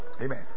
Amen